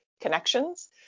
connections